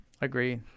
Agree